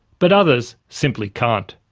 but others simply can't.